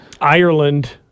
Ireland